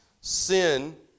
sin